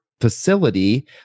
facility